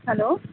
hello